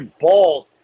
balls